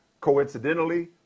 coincidentally